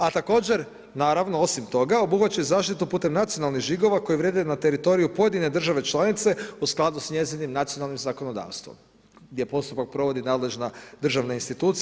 A također, naravno osim toga, obuhvaća zaštitu putem nacionalnih žigova koji vrijede na teritoriju pojedine države članice u skladu s njezinim nacionalnim zakonodavstvo gdje postupak provodi nadležna državna institucija.